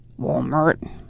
Walmart